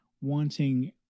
wanting